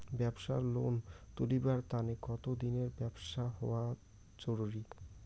ব্যাবসার লোন তুলিবার তানে কতদিনের ব্যবসা হওয়া জরুরি?